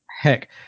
heck